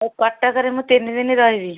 ଆଉ କଟକରେ ମୁଁ ତିନି ଦିନ ରହିବି